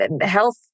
health